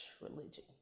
religion